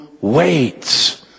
wait